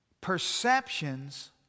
perceptions